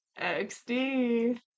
XD